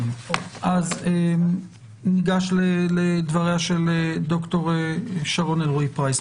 אז ניגש לדבריה של ד"ר שרון אלרעי-פרייס.